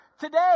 today